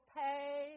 pay